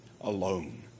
alone